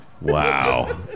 Wow